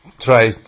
try